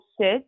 sit